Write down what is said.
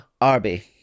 Arby